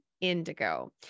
Indigo